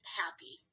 happy